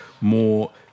more